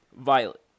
Violet